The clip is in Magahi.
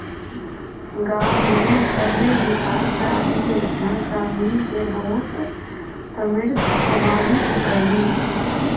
गाँव में गव्यविकास आदि योजना ग्रामीण के बहुत समृद्ध बनावित हइ